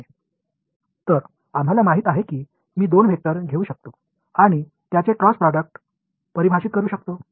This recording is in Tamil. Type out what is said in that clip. எனவே நான் இரண்டு வெக்டர்களை எடுத்து அதன் கிராஸ் ப்ராடக்ட்யை வரையறுக்க முடியும் என்பதை நாம் அறிவோம்